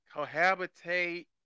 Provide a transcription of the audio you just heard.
cohabitate